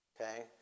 Okay